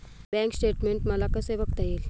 Bank statement मला कसे बघता येईल?